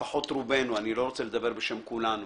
לפחות רובנו, אני לא רוצה לדבר בשם כולנו